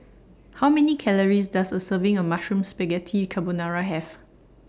How Many Calories Does A Serving of Mushroom Spaghetti Carbonara Have